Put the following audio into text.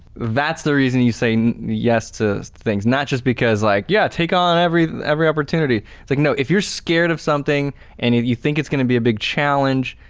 that's the reason you say yes to things. not just because like, yeah take on every every opportunity. it's like no, if you're scared of something and you you think it's going to be a big challenge,